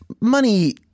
Money